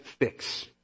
fix